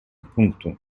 пункту